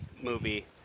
movie